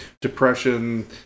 depression